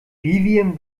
vivien